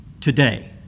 today